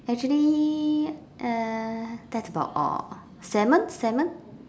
actually uh that's about all salmon salmon